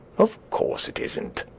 of course it isn't!